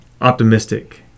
optimistic